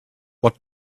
what